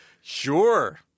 Sure